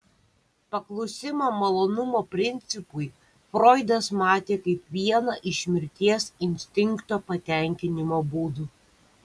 paklusimą malonumo principui froidas matė kaip vieną iš mirties instinkto patenkinimo būdų